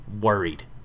worried